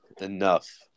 Enough